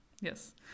Yes